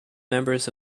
members